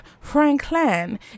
Franklin